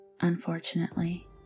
unfortunately